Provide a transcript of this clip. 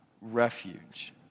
refuge